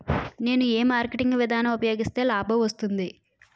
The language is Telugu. నేను ఏ మార్కెటింగ్ విధానం ఉపయోగిస్తే లాభం వస్తుంది?